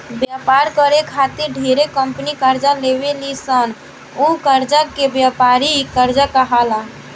व्यापार करे खातिर ढेरे कंपनी कर्जा लेवे ली सन उ कर्जा के व्यापारिक कर्जा कहाला